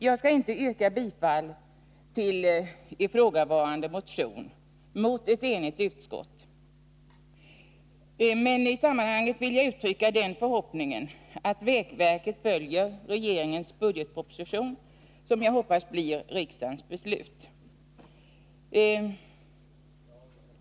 Jag skall inte yrka bifall till ifrågavarande motion mot ett enigt utskott, men jag vill i detta sammanhang uttrycka den förhoppningen att vägverket följer regeringens budgetproposition som jag hoppas blir riksdagens beslut.